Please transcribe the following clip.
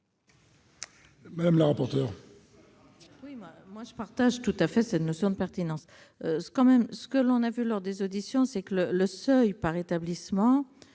Mme la rapporteur.